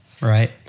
right